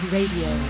Radio